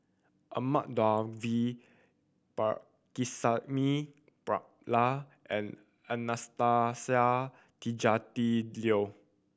Ahmad Daud V Pakirisamy Pillai and Anastasia Tjendri Liew